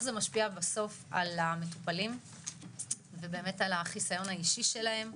זה משפיע בסוף על המטופלים ובאמת על החיסיון האישי שלהם,